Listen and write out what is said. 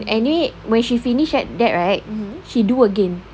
and anyway when she finished at that right she do again